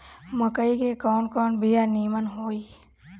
मकई के कवन कवन बिया नीमन होई?